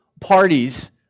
parties